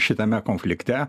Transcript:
šitame konflikte